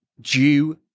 due